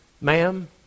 ma'am